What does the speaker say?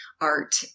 art